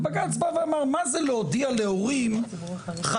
ובג"ץ בא ואמר מה זה להודיע להורים חצי